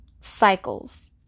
cycles